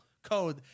Code